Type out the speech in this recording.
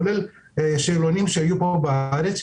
כולל שאלונים שהיו פה בארץ,